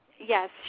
Yes